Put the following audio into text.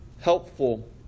helpful